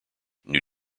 new